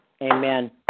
Amen